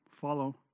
follow